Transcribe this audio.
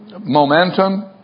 momentum